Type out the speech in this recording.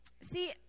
See